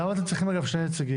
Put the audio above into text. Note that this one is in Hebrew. למה אתם צריכים, אגב, שני נציגים?